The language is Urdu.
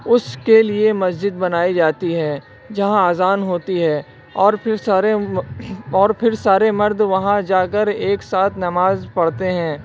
اس کے لیے مسجد بنائی جاتی ہے جہاں اذان ہوتی ہے اور پھر سارے اور پھر سارے مرد وہاں جا کر ایک ساتھ نماز پڑھتے ہیں